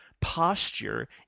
posture